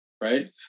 Right